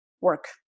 work